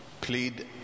plead